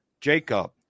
Jacob